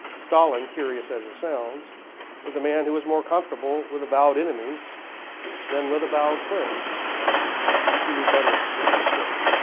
stalin curious as it sounds was a man who was more comfortable with avowed enemies than with avowed friends he knew better where he stood.